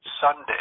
Sunday